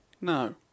No